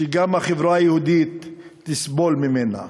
שגם החברה היהודית תסבול ממנה,